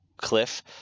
cliff